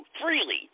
freely